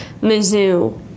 Mizzou